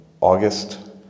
August